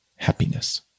happiness